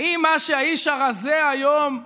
האם מה שהאיש הרזה היום צריך,